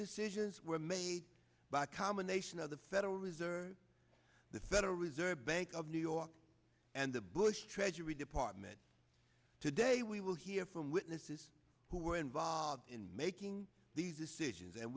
decisions were made by a combination of the federal reserve the federal reserve bank of new york and the bush treasury department today we will hear from witnesses who were involved in making these decisions and